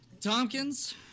Tompkins